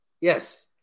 Yes